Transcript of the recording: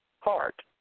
heart